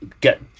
get